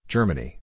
Germany